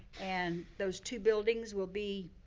and those two buildings will be